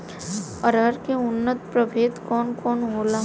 अरहर के उन्नत प्रभेद कौन कौनहोला?